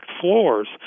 floors